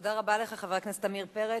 תודה רבה לך, חבר הכנסת עמיר פרץ.